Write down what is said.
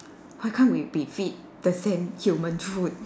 why can't we be feed the same human food